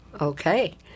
Okay